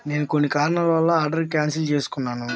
నేను కొన్ని కారణాల వల్ల ఆర్డర్ కాన్సెల్ చేసుకున్నాను